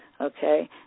okay